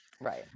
Right